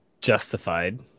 justified